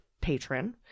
patron